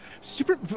super